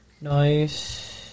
Nice